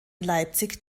leipzig